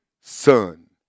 son